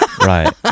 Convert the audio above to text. Right